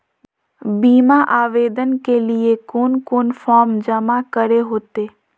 बीमा आवेदन के लिए कोन कोन फॉर्म जमा करें होते